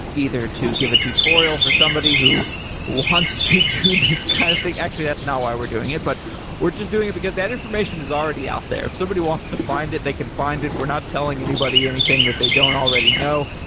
either to give a tutorial for somebody who wants to do this kind of thing, actually that's not why we're doing it. but we're just doing it, because that information is already out there. if somebody wants to find it, they can find it. we're not telling anybody anything that they don't already know.